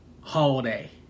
holiday